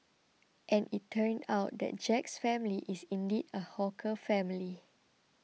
and it turned out that Jack's family is indeed a hawker family